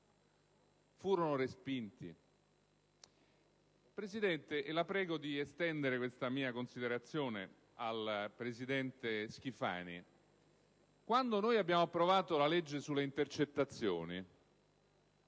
furono respinti? Signora Presidente - la prego di estendere questa mia considerazione al presidente Schifani - quando abbiamo approvato la legge sulle intercettazioni,